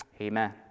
Amen